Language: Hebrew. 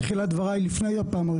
בבקשה, אפרת.